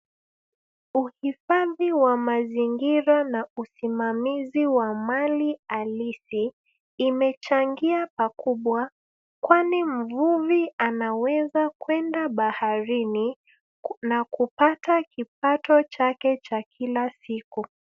Uhifadhi wa mazingira na usimamizi wa mali halisi imechangia pakubwa kwani mvuvi anaweza kwenda baharini na kupata kipato chake cha Kila siku.